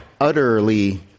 utterly